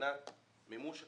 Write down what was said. מבחינת מימוש התקציבים,